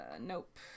Nope